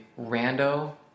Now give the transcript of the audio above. rando